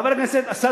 חבר הכנסת זאב